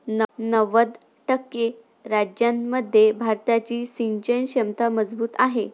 नव्वद टक्के राज्यांमध्ये भारताची सिंचन क्षमता मजबूत आहे